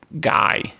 guy